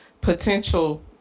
potential